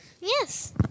Yes